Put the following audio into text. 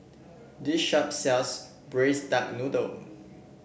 this shop sells Braised Duck Noodle